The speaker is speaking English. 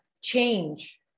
change